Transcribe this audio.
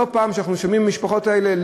לא פעם אנחנו שומעים מהמשפחות האלה,